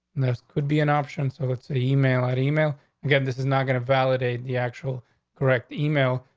this could be an option. so it's the email at email again. this is not going to validate the actual correct email,